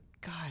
God